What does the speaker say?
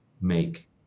make